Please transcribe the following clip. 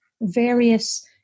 various